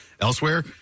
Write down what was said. elsewhere